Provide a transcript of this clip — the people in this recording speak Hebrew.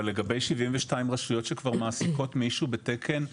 אבל לגבי 72 רשויות שכבר מעסיקות מישהו בתקן של.